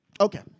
Okay